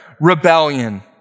rebellion